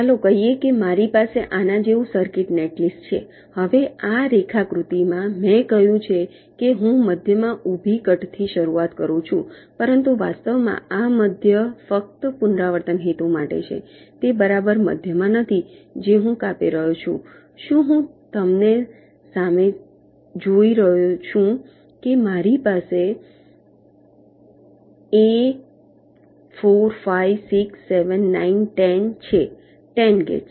ચાલો કહીએ કે મારી પાસે આના જેવું સર્કિટ નેટલિસ્ટ છે હવે આ રેખાકૃતિમાં મેં કહ્યું છે કે હું મધ્યમાં ઊભી કટથી શરૂઆત કરું છું પરંતુ વાસ્તવમાં આ મધ્ય ફક્ત પુનરાવર્તન હેતુ માટે છે તે બરાબર મધ્યમાં નથી જે હું કાપી રહ્યો છું શું હું તમને જોઈ રહ્યો છું કે મારી પાસે a 4 5 6 7 9 10 છે 10 ગેટ્સ